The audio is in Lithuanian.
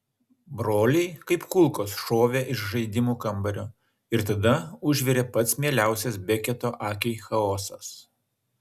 broliai kaip kulkos šovė iš žaidimų kambario ir tada užvirė pats mieliausias beketo akiai chaosas